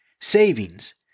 Savings